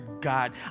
god